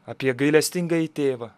apie gailestingąjį tėvą